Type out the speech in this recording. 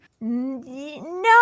No